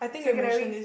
secondary